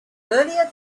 earlier